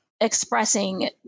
expressing